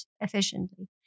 efficiently